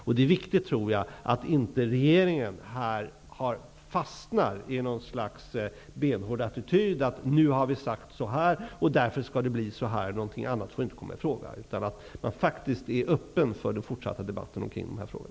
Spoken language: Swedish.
Jag tror att det är viktigt att regeringen inte fastnar i ett slags benhård attityd: Nu har vi sagt så här. Därför skall det bli så. Något annat får inte komma i fråga. I stället gäller det att faktiskt vara öppen för den fortsatta debatten i dessa frågor.